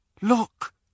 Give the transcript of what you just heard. look